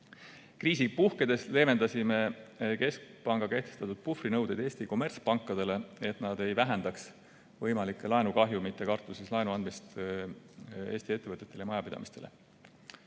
Kriisi puhkedes leevendasime keskpanga kehtestatud puhvrinõudeid Eesti kommertspankadele, et nad ei vähendaks võimalike laenukahjumite kartuses laenuandmist Eesti ettevõtetele ja majapidamistele.